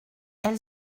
elle